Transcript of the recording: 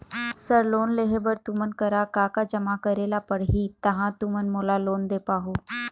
Sir loan लेहे बर तुमन करा का का जमा करें ला पड़ही तहाँ तुमन मोला लोन दे पाहुं?